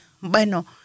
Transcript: bueno